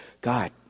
God